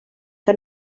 que